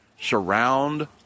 surround